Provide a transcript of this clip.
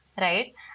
right